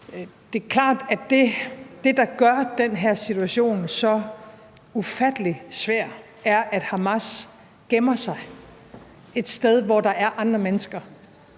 Det er klart, at det, der gør den her situation så ufattelig svær, er, at Hamas gemmer sig et sted, hvor der er andre mennesker.